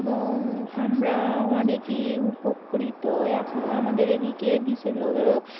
এবং আমরা অনেকই উপকৃত এখনও আমাদের এদিকে বিশেষভাবে